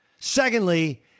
Secondly